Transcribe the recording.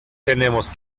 tenemos